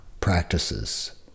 practices